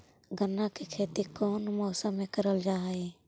गन्ना के खेती कोउन मौसम मे करल जा हई?